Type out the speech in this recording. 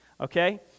okay